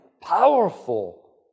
powerful